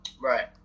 Right